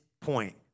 point